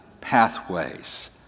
pathways